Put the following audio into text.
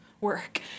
work